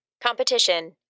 competition